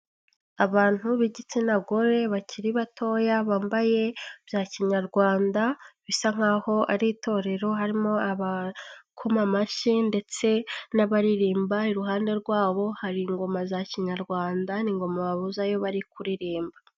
Abantu b'igitsina gore bakiri batoya bambaye bya kinyarwanda bisa nkaho ari itorero harimo abakoma amashyi ndetse n'abaririmba, iruhande rwabo hari ingoma za kinyarwanda n'ingoma bavuza iyo bari kuririmba.